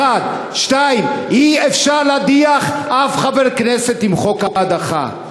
1. 2. אי-אפשר להדיח אף חבר כנסת עם חוק ההדחה.